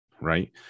Right